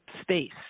space